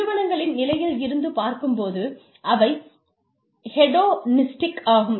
நிறுவனங்களின் நிலையில் இருந்து பார்க்கும் போது அவை ஹேடோனிஸ்டிக் ஆகும்